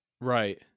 Right